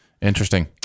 Interesting